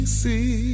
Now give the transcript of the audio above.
see